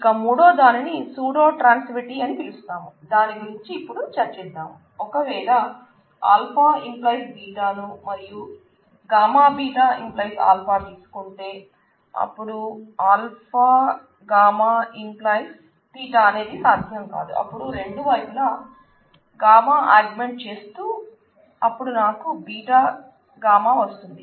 union side ఉన్న relation చేస్తే అపుడు నాకు β γ వస్తుంది